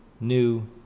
new